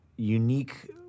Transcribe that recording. Unique